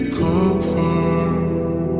comfort